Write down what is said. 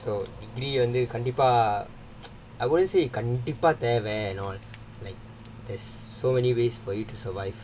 so degree வந்து கண்டிப்பா:vandhu kandippaa I wouldn't say கண்டிப்பா தேவ:kandippaa theva like there's so many ways for you to survive